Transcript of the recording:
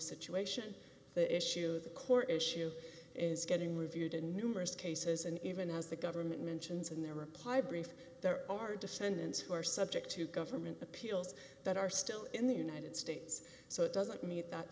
situation the issue the court issue is getting reviewed in numerous cases and even as the government mentions in their reply brief there are descendants who are subject to government appeals that are still in the united states so it doesn't meet that